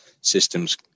systems